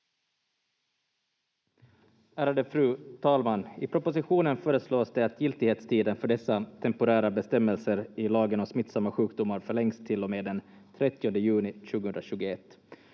Ärade fru talman! I propositionen föreslås det att giltighetstiden för dessa temporära bestämmelser i lagen om smittsamma sjukdomar förlängs till och med den 30 juni 2021.